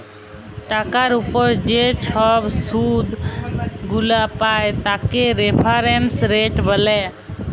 টাকার উপর যে ছব শুধ গুলা পায় তাকে রেফারেন্স রেট ব্যলে